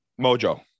Mojo